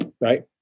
right